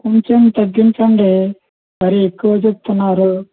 కొంచెం తగ్గించండి మరి ఎక్కువ చెప్తున్నారు